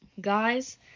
guys